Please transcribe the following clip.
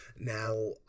Now